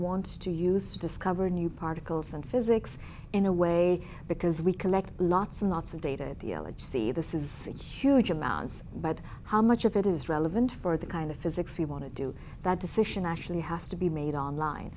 to to use to discover new particles and physics in a way because we collect lots and lots of data at the alleged see this is huge amounts but how much of it is relevant for the kind of physics we want to do that decision actually has to be made online